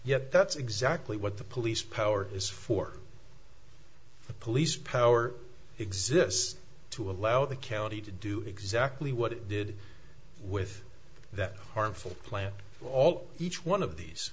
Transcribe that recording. yet that's exactly what the police power is for the police power exists to allow the county to do exactly what it did with that harmful plant all each one of these